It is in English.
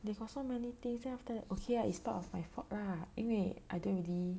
they got so many days then after that okay lah it's part of my fault lah 因为 I don't really